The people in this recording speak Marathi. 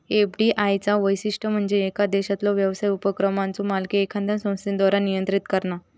एफ.डी.आय चा वैशिष्ट्य म्हणजे येका देशातलो व्यवसाय उपक्रमाचो मालकी एखाद्या संस्थेद्वारा नियंत्रित करणा